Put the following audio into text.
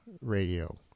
Radio